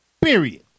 Period